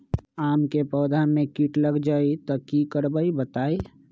आम क पौधा म कीट लग जई त की करब बताई?